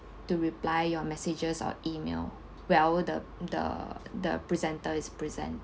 to reply your messages or email while the the the presenter is present